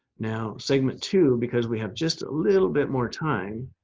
now segment two, because we have just a little bit more time,